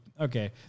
okay